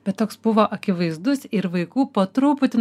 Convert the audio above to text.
bet toks buvo akivaizdus ir vaikų po truputį